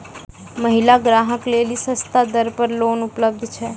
महिला ग्राहक लेली सस्ता दर पर लोन उपलब्ध छै?